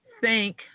thank